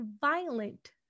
violent